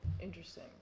Interesting